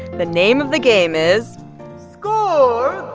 the name of the game is score